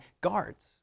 guards